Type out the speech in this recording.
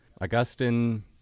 Augustine